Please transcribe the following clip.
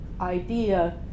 idea